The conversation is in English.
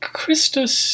Christus